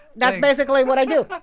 that's basically what i do